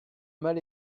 mal